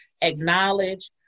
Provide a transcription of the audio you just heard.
acknowledge